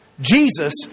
Jesus